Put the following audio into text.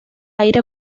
aire